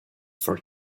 for